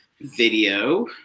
video